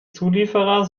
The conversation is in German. zulieferer